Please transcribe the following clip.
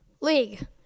League